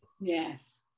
Yes